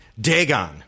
Dagon